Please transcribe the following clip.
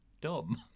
dumb